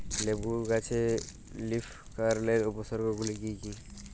লেবু গাছে লীফকার্লের উপসর্গ গুলি কি কী?